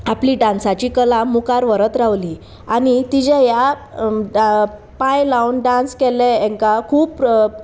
आपली डांसाची कला मुखार व्हरत रावली आनी तिज्या ह्या पांय लावन डांस केल्ले हेंकां खूब